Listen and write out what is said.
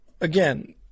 again